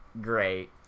great